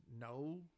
no